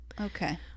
Okay